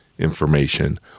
Information